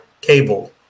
cable